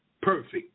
perfect